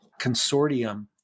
consortium